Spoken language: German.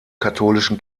katholischen